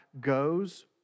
goes